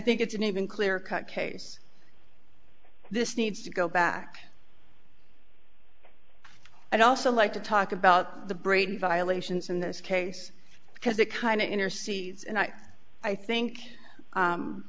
think it's an even clear cut case this needs to go back i'd also like to talk about the brady violations in this case because it kind of inner cities and i think